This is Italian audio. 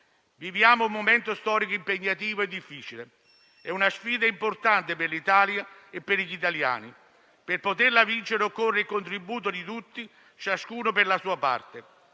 Viviamo un momento storico impegnativo e difficile. È una sfida importante per l'Italia e per gli italiani; per poterla vincere occorre il contributo di tutti, ciascuno per la sua parte.